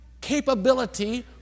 capability